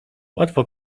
łatwo